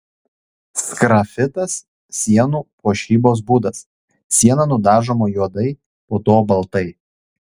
sgrafitas sienų puošybos būdas siena nudažoma juodai po to baltai